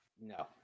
No